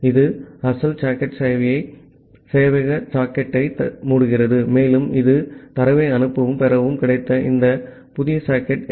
இது அசல் சாக்கெட் சேவையக சாக்கெட்டை மூடுகிறது மேலும் இது தரவை அனுப்பவும் பெறவும் கிடைத்த இந்த புதிய சாக்கெட் எஃப்